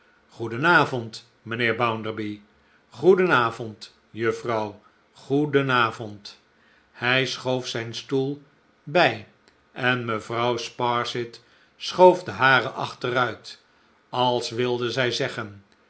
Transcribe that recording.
goedenavond mijnheer bounderby goedenavond juffrouw goedenavond hij schoof zijn stoel bij en mevrouw sparsit schoof den haren achteruit als wilde zij zeggen